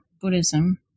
Buddhism